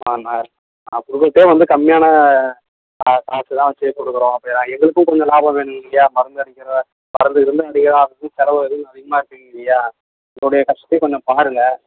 ஆ நான் நான் கொடுக்குறதே வந்து கம்மியான கா காசு தான் வச்சு கொடுக்குறோம் அப்புறம் எங்களுக்கும் கொஞ்சம் லாபம் வேணும் இல்லையா மருந்து அடிக்கிற மருந்து கிருந்து அடிக்கிற அதிக செலவு அதிகம் அதிகமாக இருக்குதுங்க இல்லையா எங்களோடைய கஷ்டத்தையும் கொஞ்சம் பாருங்கள்